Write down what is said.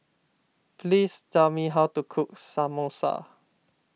please tell me how to cook Samosa